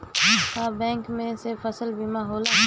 का बैंक में से फसल बीमा भी होला?